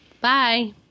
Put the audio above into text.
bye